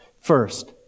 First